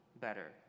better